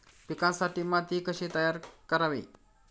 पिकांसाठी माती कशी तयार करावी?